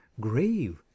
grave